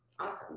Awesome